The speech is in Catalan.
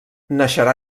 naixerà